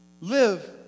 live